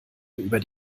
über